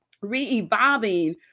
re-evolving